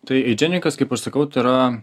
tai eidženikas kaip aš sakau tai yra